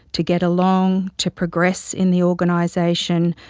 to get along, to progress in the organisation,